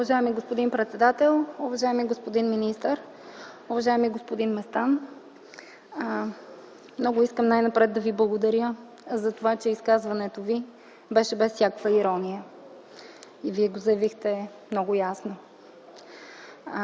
Уважаеми господин председател, уважаеми господин министър, уважаеми господин Местан! Много искам най-напред да Ви благодаря за това, че изказването Ви беше без всякаква ирония. Вие го заявихте много ясно.